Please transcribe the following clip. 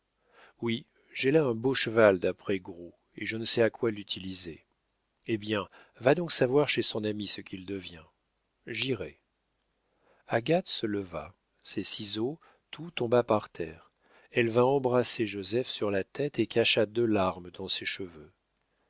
oui j'ai là un beau cheval d'après gros et je ne sais à quoi l'utiliser eh bien va donc savoir chez son ami ce qu'il devient j'irai agathe se leva ses ciseaux tout tomba par terre elle vint embrasser joseph sur la tête et cacha deux larmes dans ses cheveux